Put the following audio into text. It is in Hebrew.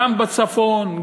גם בצפון,